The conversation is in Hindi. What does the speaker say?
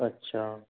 अच्छा